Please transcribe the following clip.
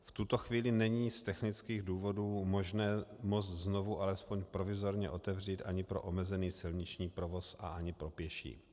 V tuto chvíli není z technických důvodů možné most znovu alespoň provizorně otevřít ani pro omezený silniční provoz a ani pro pěší.